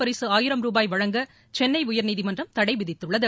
பரிசு ஆயிரம் ரூபாய் வழங்க சென்னை உயர்நீதிமன்றம் தடை விதித்துள்ளது